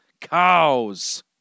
Cows